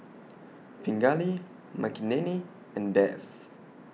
Pingali Makineni and Dev